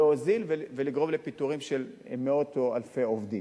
להוזיל ולגרום לפיטורים של מאות או אלפי עובדים.